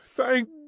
thank